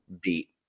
beat